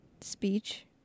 speech